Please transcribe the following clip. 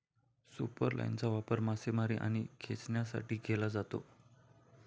सुपरलाइनचा वापर मासेमारी आणि खेचण्यासाठी केला जातो